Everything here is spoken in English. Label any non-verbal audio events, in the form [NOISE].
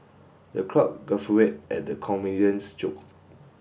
the crowd [UNINTELLIGIBLE] at the comedian's joke